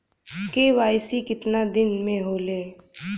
KYC कितना दिन में होले?